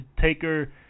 Taker